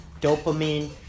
dopamine